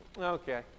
okay